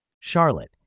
Charlotte